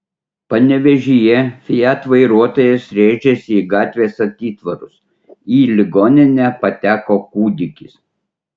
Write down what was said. panevėžyje fiat vairuotojas rėžėsi į gatvės atitvarus į ligoninę pateko kūdikis